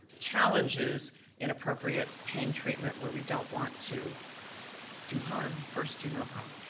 challenges in appropriate pain treatment where we don't want to do harm. first, do no harm.